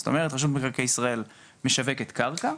זאת אומרת רשות מקרקעי ישראל משווקת קרקע,